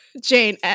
Jane